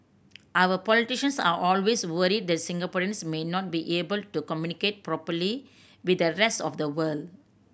our politicians are always worried that Singaporeans may not be able to communicate properly with the rest of the world